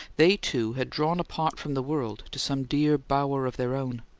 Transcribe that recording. they two had drawn apart from the world to some dear bower of their own.